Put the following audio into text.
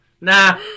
Nah